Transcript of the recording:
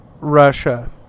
Russia